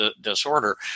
disorder